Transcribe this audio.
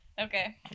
Okay